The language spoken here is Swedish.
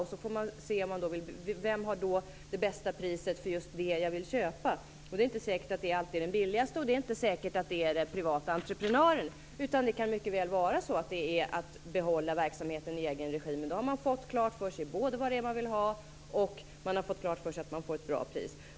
Sedan får man se vem som har det bästa priset för just det man vill köpa. Det är inte säkert att det alltid är det billigaste, och det inte är inte säkert att det alltid är den privata entreprenören. Det kan mycket väl vara så att det bästa är att behålla verksamheten i egen regi. Men då har man fått klart för sig både vad det är man vill ha och att man får ett bra pris.